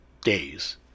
days